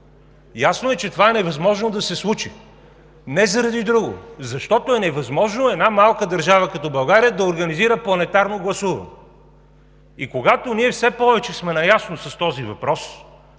Ясно е, че това е невъзможно да се случи не заради друго, а защото е невъзможно една малка държава като България да организира планетарно гласуване. И когато ние все повече сме наясно с този въпрос,